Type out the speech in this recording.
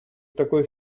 такой